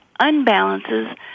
unbalances